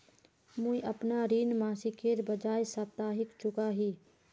मुईअपना ऋण मासिकेर बजाय साप्ताहिक चुका ही